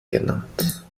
genannt